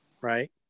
right